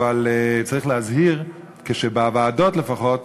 אבל צריך להזהיר כשבוועדות לפחות,